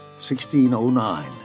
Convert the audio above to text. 1609